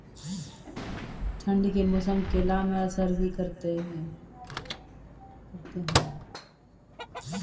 ठंड के मौसम केला मैं असर भी करते हैं?